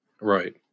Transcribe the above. Right